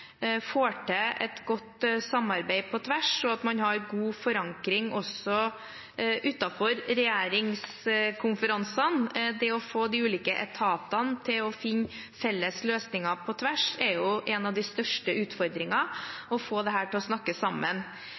får til et godt samarbeid på tvers, og at man har god forankring også utenfor regjeringskonferansene. Det å få de ulike etatene til å finne felles løsninger på tvers er en av de største utfordringene – å få dette til å snakke sammen.